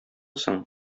соң